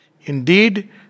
Indeed